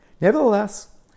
Nevertheless